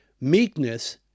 Meekness